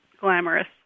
glamorous